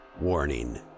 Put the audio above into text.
Warning